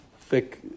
thick